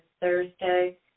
Thursday